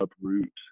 uproot